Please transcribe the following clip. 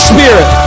Spirit